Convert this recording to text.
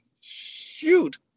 Shoot